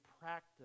practice